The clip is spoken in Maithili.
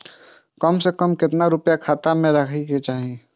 कम से कम केतना रूपया खाता में राइख सके छी?